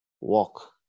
walk